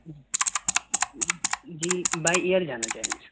G by air جانا چاہیں گے سر